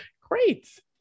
great